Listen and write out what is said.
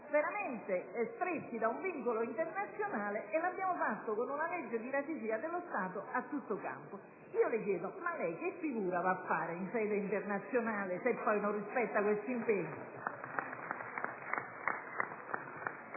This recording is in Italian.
veramente stretti da un vincolo internazionale, e siamo intervenuti sul punto con una legge di ratifica dello Stato a tutto campo. Io le chiedo: ma lei che figura va a fare in sede internazionale se poi non rispetta questi impegni?